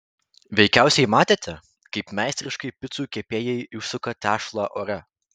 veikiausiai matėte kaip meistriškai picų kepėjai išsuka tešlą ore